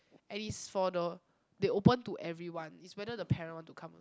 and is for the they open to everyone it's whether the parent want to come